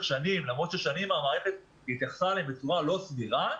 שנים ולמרות ששנים המערכת התייחסה אליהם בצורה לא סבירה,